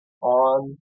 on